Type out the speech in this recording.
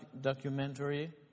documentary